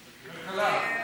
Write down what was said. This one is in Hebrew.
כלכלה.